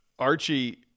Archie